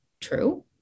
true